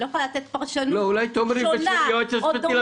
אני לא יכולה לתת פרשנות שונה או דומה.